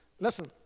Listen